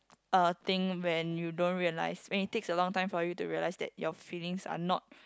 uh thing when you don't realise when it takes a long time for you realise that your feelings are not